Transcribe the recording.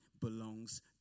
belongs